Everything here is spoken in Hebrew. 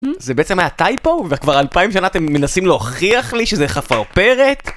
זה בעצם היה טייפו, וכבר אלפיים שנה אתם מנסים להוכיח לי שזה חפרפרת?